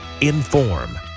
Inform